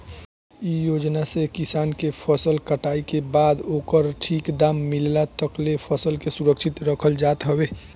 इ योजना से किसान के फसल कटाई के बाद ओकर ठीक दाम मिलला तकले फसल के सुरक्षित रखल जात हवे